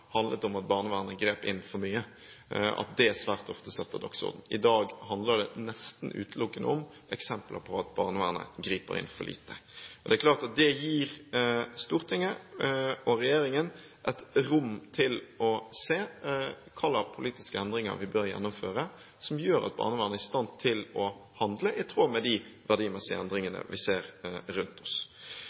handlet om at barnevernet grep inn for mye – at det svært ofte sto på dagsordenen. I dag handler det nesten utelukkende om eksempler på at barnevernet griper inn for lite. Det gir Stortinget og regjeringen et rom til å se hva slags politiske endringer vi bør gjennomføre som gjør barnevernet i stand til å handle i tråd med de verdimessige endringene vi ser rundt oss.